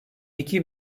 iki